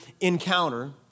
encounter